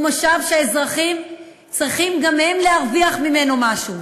הוא משאב שהאזרחים צריכים גם הם להרוויח ממנו משהו.